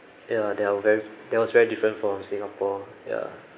ya there are ve~ that was very different from singapore ya